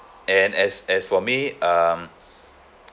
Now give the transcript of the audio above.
and as as for me um